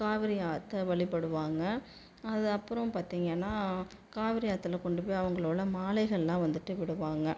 காவரி ஆற்ற வழிபடுவாங்க அது அப்புறம் பார்த்திங்கன்னா காவரி ஆற்றுல கொண்டு போய் அவங்களோட மாலைகள்லாம் வந்துவிட்டு விடுவாங்க